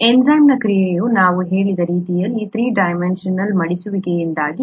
ಎನ್ಝೈಮ್ನ ಕ್ರಿಯೆಯು ನಾವು ಹೇಳಿದ ರೀತಿಯಲ್ಲಿ ಥ್ರೀ ಡೈಮೆನ್ಷನಲ್ನ ಮಡಿಸುವಿಕೆಯಿಂದಾಗಿ